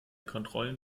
kontrollen